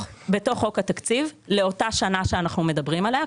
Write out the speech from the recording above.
חוק התקציב לאותה שנה שאנחנו מדברים עליה.